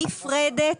נפרדת,